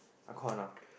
I call her now